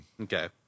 okay